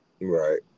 Right